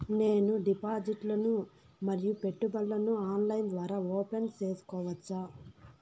నేను డిపాజిట్లు ను మరియు పెట్టుబడులను ఆన్లైన్ ద్వారా ఓపెన్ సేసుకోవచ్చా?